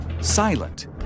silent